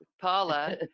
Paula